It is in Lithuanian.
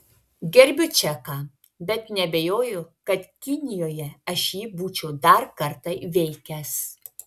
gerbiu čeką bet neabejoju kad kinijoje aš jį būčiau dar kartą įveikęs